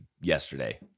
yesterday